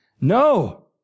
No